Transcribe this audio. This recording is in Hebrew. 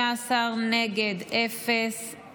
ההצעה להעביר את הצעת חוק להסדרת עיסוק במקצועות הבריאות (תיקון,